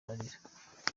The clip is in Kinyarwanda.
ararira